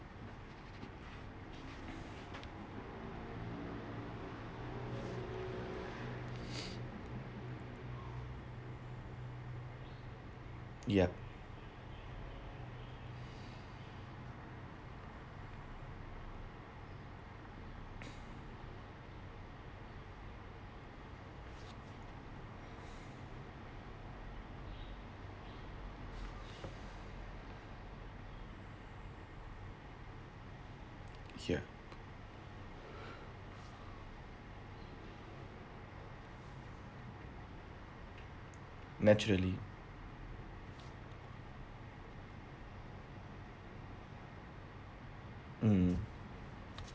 ya ya naturally mm